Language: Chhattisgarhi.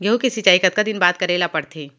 गेहूँ के सिंचाई कतका दिन बाद करे ला पड़थे?